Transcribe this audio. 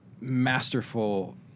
masterful